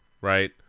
right